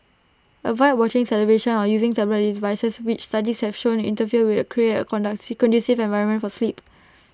avoid watching television or using tablet devices which studies have shown interfere with create A conducive environment for sleep